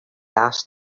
asked